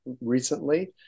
recently